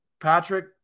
Patrick